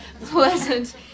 pleasant